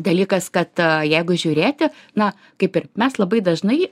dalykas kad jeigu žiūrėti na kaip ir mes labai dažnai